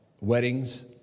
weddings